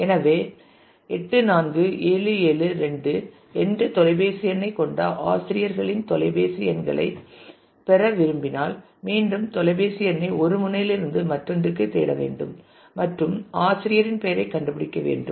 எனவே 84772 என்ற தொலைபேசி எண்ணைக் கொண்ட ஆசிரியர்களின் தொலைபேசி எண்களைப் பெற விரும்பினால் மீண்டும் தொலைபேசி எண்ணை ஒரு முனையிலிருந்து மற்றொன்றுக்குத் தேட வேண்டும் மற்றும் ஆசிரியரின் பெயரைக் கண்டுபிடிக்க வேண்டும்